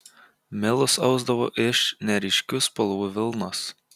milus ausdavo iš neryškių spalvų vilnos